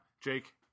jake